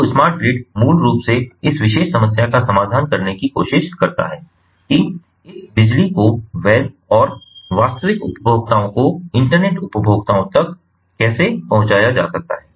तो smart grid मूल रूप से इस विशेष समस्या का समाधान करने की कोशिश करता है कि इस बिजली को वैध और वास्तविक उपभोक्ताओं को इंटरनेट उपभोक्ताओं तक कैसे पहुँचाया जा सकता है